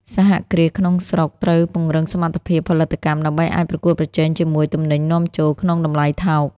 សហគ្រាសក្នុងស្រុកត្រូវពង្រឹងសមត្ថភាពផលិតកម្ម ដើម្បីអាចប្រកួតប្រជែងជាមួយទំនិញនាំចូលក្នុងតម្លៃថោក។